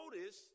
Notice